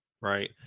right